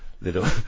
little